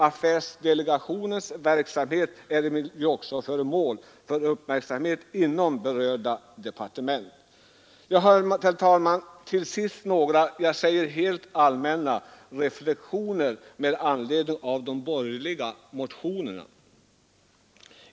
Affärsverksdelegationens verksamhet är emellertid också föremål för uppmärksamhet inom berörda departement. Till sist, herr talman, några helt allmänna reflexioner med anledning av de borgerliga motionerna.